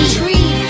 tree